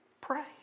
pray